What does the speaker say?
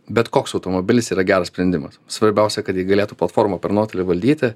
bet koks automobilis yra geras sprendimas svarbiausia kad galėtų platforma per nuotolį valdyti